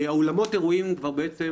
שבעצם